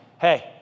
Hey